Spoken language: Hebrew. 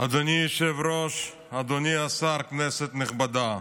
אדוני היושב-ראש, אדוני השר, כנסת נכבדה,